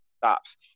stops